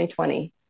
2020